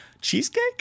Cheesecake